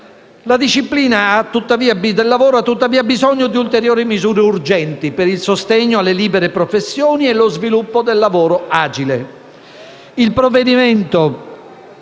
la disciplina del lavoro ha tuttavia bisogno di ulteriori misure urgenti per il sostegno alle libere professioni e lo sviluppo del lavoro "agile".